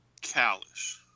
callous